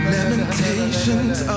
Lamentations